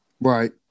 Right